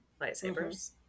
lightsabers